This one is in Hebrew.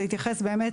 זה התייחס באמת